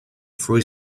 free